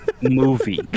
Movie